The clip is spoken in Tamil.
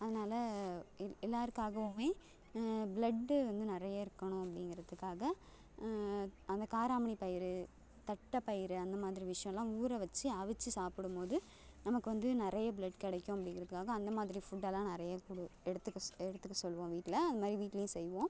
அதனால் எ எல்லாேருக்காகவுமே ப்ளட்டு வந்து நிறைய இருக்கணும் அப்படிங்கறதுக்காக அந்த காராமணிப் பயிறு தட்டைப் பயிறு அந்த மாதிரி விஷயமெலாம் ஊற வைச்சு அவித்து சாப்பிடும் போது நமக்கு வந்து நிறைய ப்ளட் கிடைக்கும் அப்படிங்கறதுக்காக அந்த மாதிரி ஃபுட் எல்லாம் நிறைய கொடு எடுத்துக்க சொ எடுத்துக்கச் சொல்லுவோம் வீட்டில் அந்த மாதிரி வீட்லேயும் செய்வோம்